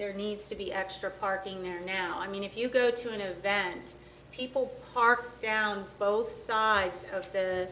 there needs to be extra parking there now i mean if you go to know that people park down both sides of the